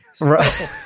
right